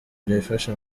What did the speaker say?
byifashe